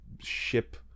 ship